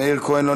מאיר כהן,